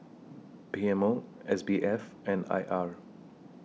P M O S B F and I R